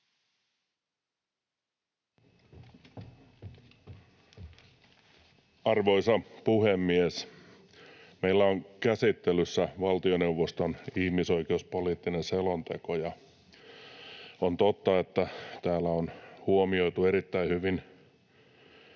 Arvoisa puhemies! Meillä on käsittelyssä valtioneuvoston ihmisoikeuspoliittinen selonteko. On totta, että täällä on huomioitu erittäin hyvin